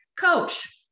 coach